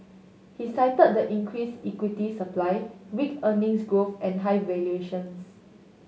he cited the increased equity supply weak earnings growth and high valuations